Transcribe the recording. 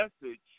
message